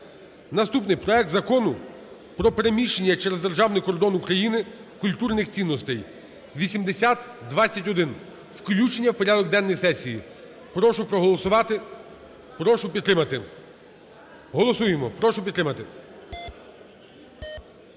Наступний – проект Закону про переміщення через державний кордон України культурних цінностей (8021). Включення в порядок денний сесії. Прошу проголосувати, прошу підтримати. Голосуємо, прошу підтримати.